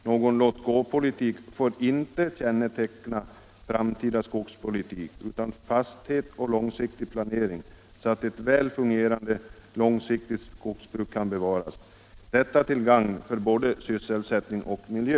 Någon låt-gå-politik får inte känneteckna framtida skogspolitik, utan fasthet och långsiktig planering krävs, så att ett väl fungerande långsiktigt skogsbruk kan garanteras. Detta är till gagn för både sysselsättning och miljö.